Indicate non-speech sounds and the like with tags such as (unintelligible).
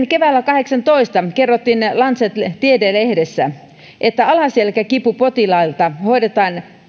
(unintelligible) keväällä kahdeksaantoista kerrottiin lancet tiedelehdessä että alaselkäkipupotilaita hoidetaan